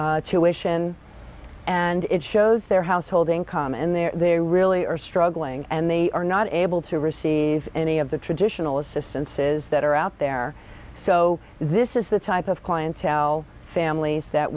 tuition and it shows their household income and there they really are struggling and they are not able to receive any of the traditional assistances that are out there so this is the type of clientele families that